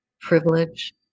privilege